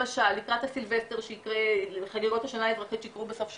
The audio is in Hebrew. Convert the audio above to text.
למשל לקראת חגיגות השנה האזרחית שיתקיימו בסוף השבוע,